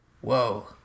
Whoa